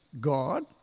God